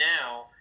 now